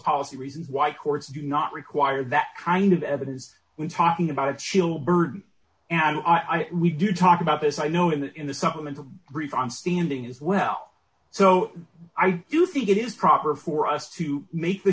policy reasons why courts do not require that kind of evidence when talking about a chill bird and we did talk about this i know in the in the supplemental brief on standing as well so i do think it is proper for us to make the